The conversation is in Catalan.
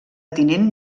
tinent